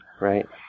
Right